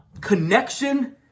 connection